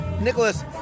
Nicholas